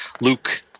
Luke